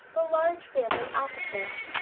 the large family opposite.